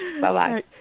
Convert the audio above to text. Bye-bye